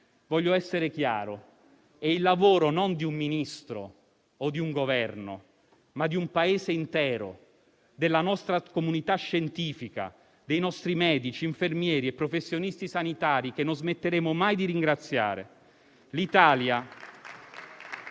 Voglio essere chiaro: è il lavoro non di un Ministro o di un Governo, ma di un Paese intero, della nostra comunità scientifica, dei nostri medici, infermieri e professionisti sanitari, che non smetteremo mai di ringraziare.